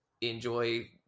enjoy